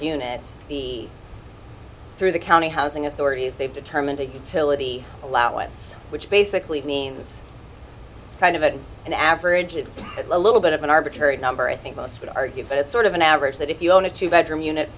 unit through the county housing authority as they determine to tila the allowance which basically means kind of an average it's a little bit of an arbitrary number i think most would argue but it's sort of an average that if you own a two bedroom unit